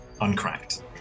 uncracked